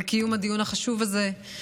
על קיום הדיון החשוב הזה.